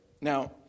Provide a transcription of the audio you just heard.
Now